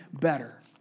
better